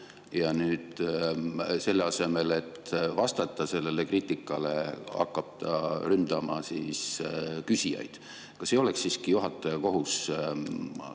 Ja nüüd selle asemel, et vastata kriitikale, hakkab ta ründama küsijaid. Kas ei oleks siiski juhataja kohus